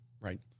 Right